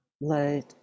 light